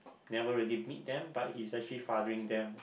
never really meet them but he's actually fathering them